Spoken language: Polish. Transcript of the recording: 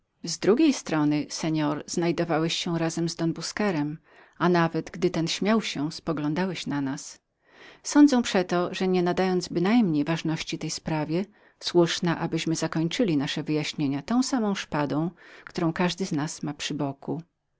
zaszczytu z drugiej strony seor znajdowałeś się razem z don busquerem nawet gdy ten śmiał się spoglądałeś na nas ztąd mniemam że bynajmniej nie nadając ważności tej sprawie słusznem jest abyśmy zakończyli nasze wyjaśnienia tą samą szpadą którą każdy z nas ma przy boku